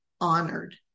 honored